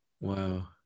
wow